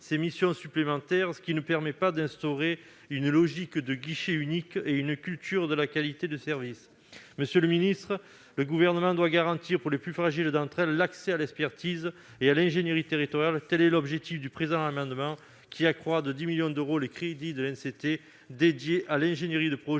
de missions supplémentaires, ce qui ne permettra pas d'instaurer une logique de guichet unique et une culture de la qualité de service. Monsieur le secrétaire d'État, le Gouvernement doit garantir aux plus fragiles des collectivités l'accès à l'expertise et à l'ingénierie territoriale ; tel est l'objectif du présent amendement, qui tend à accroître de 10 millions d'euros les crédits de l'ANCT dédiés à l'ingénierie de projet,